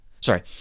sorry